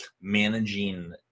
managing